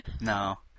no